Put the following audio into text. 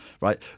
right